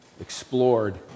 explored